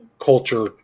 culture